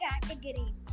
category